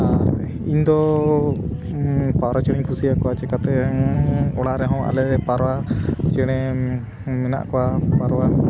ᱟᱨ ᱤᱧᱫᱚ ᱯᱟᱣᱨᱟ ᱪᱮᱬᱮᱧ ᱠᱩᱥᱤᱭᱟ ᱠᱚᱣᱟ ᱪᱤᱠᱟᱹᱛᱮ ᱚᱲᱟᱜ ᱨᱮᱦᱚᱸ ᱟᱞᱮ ᱯᱟᱣᱨᱟ ᱪᱮᱬᱮ ᱢᱮᱱᱟᱜ ᱠᱚᱣᱟ ᱯᱟᱨᱣᱟ